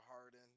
Harden